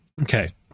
Okay